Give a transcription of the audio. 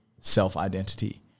self-identity